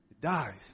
dies